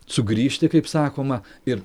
sugrįžti kaip sakoma ir